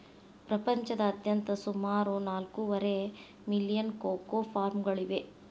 ಪ್ರಪಂಚದಾದ್ಯಂತ ಸುಮಾರು ನಾಲ್ಕೂವರೆ ಮಿಲಿಯನ್ ಕೋಕೋ ಫಾರ್ಮ್ಗಳಿವೆ